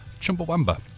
Chumbawamba